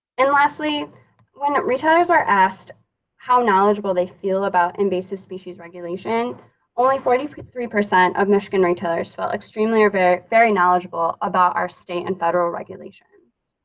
and lastly when retailers are asked how knowledgeable they feel about invasive species regulation only forty three percent of michigan retailers well extremely are very very knowledgeable about our state and federal regulations